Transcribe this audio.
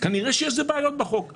כנראה שיש בעיות בחוק,